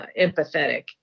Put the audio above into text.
empathetic